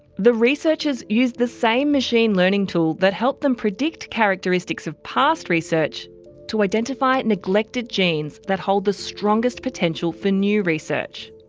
the researchers used the same machine learning tool that helped them predict characteristics of past research to identify neglected genes that hold the strongest potential for new research.